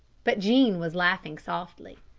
but jean was laughing softly.